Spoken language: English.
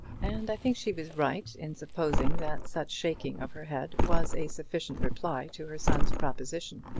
and i think she was right in supposing that such shaking of her head was a sufficient reply to her son's proposition.